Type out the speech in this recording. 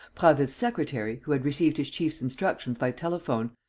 prasville's secretary, who had received his chief's instructions by telephone,